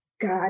God